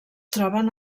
troben